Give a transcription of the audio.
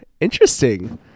interesting